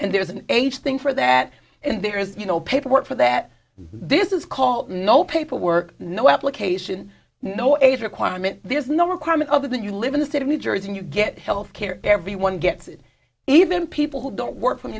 and there is an age thing for that and there is you know paperwork for that this is called no paperwork no application no age requirement there's no requirement of that you live in the state of new jersey and you get health care everyone gets it even people who don't work for